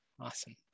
Awesome